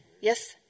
yes